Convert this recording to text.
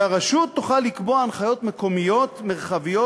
והרשות תוכל לקבוע הנחיות מקומיות מרחביות